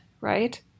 right